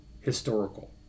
historical